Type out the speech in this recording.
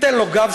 ניתן לו גב,